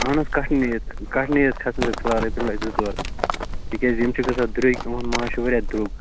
اَہَن حظ کَٹھنٕے یٲژ کَٹھنٕے یٲژ کھَسنو تۄہہِ فِلحال رۄپیہِ لَچھ زٕ ژور تِکیٛازِ یِم چھِ گژھان درٛۅگۍ یِہُنٛد ماز چھُ واریاہ درٛۅگ